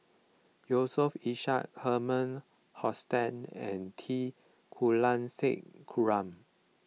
Yusof Ishak Herman Hochstadt and T Kulasekaram